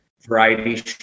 variety